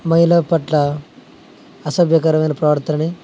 మహిళల పట్ల అసభ్యకరమైన ప్రవర్తనని